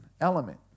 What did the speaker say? element